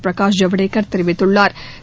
பிரகாஷ் ஜவ்டேகள் தெரிவித்துள்ளாா்